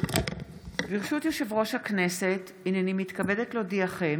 ברשות יושב-ראש הכנסת, הינני מתכבדת להודיעכם,